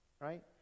right